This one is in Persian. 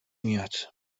میاد